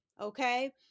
Okay